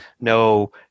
no